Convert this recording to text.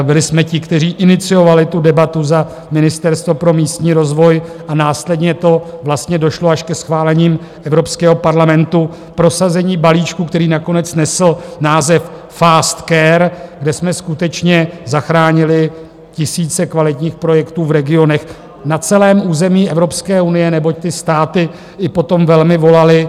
byli jsme ti, kteří iniciovali debatu za Ministerstvo pro místní rozvoj a následně to vlastně došlo až ke schválení Evropského parlamentu, prosazení balíčku, který nakonec nesl název FASTCARE, kde jsme skutečně zachránili tisíce kvalitních projektů v regionech na celém území Evropské unie, neboť ty státy i po tom velmi volaly.